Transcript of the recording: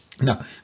Now